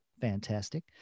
fantastic